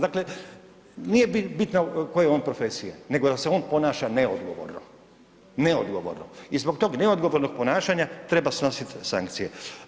Dakle nije bitno koje je on profesije nego da se on ponaša neodgovorno, neodgovorno i zbog tog neodgovornog ponašanja treba snositi sankcije.